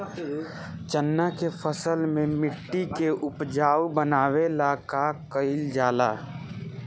चन्ना के फसल में मिट्टी के उपजाऊ बनावे ला का कइल जाला?